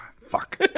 fuck